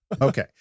Okay